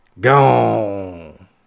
Gone